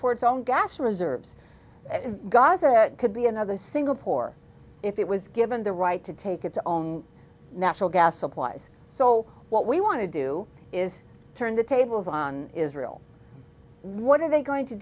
for its own gas reserves gaza could be another single pour if it was given the right to take its own natural gas supplies so what we want to do is turn the tables on israel what are they going to